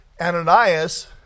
Ananias